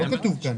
לא כתוב כאן.